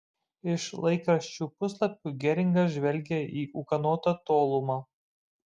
iš laikraščių puslapių geringas žvelgė į ūkanotą tolumą